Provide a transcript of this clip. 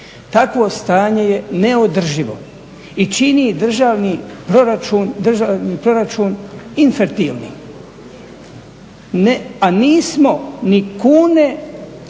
Takvo stanje je neodrživo i čini državni proračun infertilni, a nismo ni kune